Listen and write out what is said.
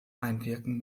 einwirken